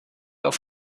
auf